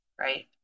right